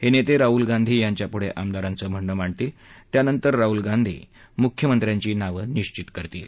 हे नेते राह्ल गांधी यांच्यापुढे आमदारांचं म्हणणं मांडणातील त्यानंतर राह्ल गांधी मुख्यमंत्र्यांची नाव निश्वित करतील